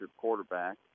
quarterback